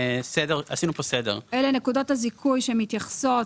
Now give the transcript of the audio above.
עשינו פה סדר --- אלה נקודות הזיכוי שמתייחסות,